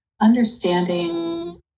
understanding